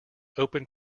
open